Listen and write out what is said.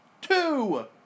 two